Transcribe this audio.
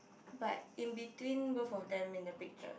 but in between both of them in the picture